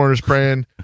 praying